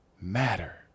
matter